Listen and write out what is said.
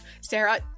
Sarah